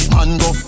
Mango